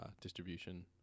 distribution